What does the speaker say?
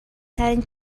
ترین